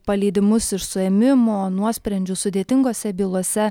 paleidimus iš suėmimo nuosprendžių sudėtingose bylose